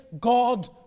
God